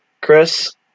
Chris